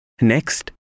Next